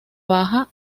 baja